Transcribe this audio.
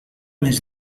més